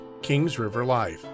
kingsriverlife